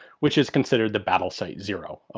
which is considered the battle sight zero.